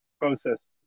process